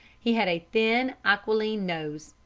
he had a thin, aquiline nose,